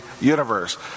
universe